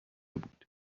بود